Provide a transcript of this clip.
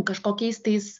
kažkokiais tais